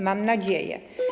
Mam nadzieję.